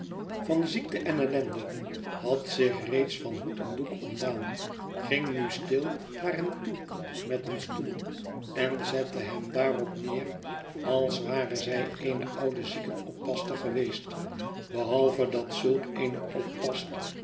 van ziekte en ellende had zich reeds van hoed en doek ontdaan ging nu stil naar hem toe met een stoel en zette hem daarop neer als ware zij eene oude ziekenoppasster geweest behalve dat zulk eene oppasster